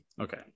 Okay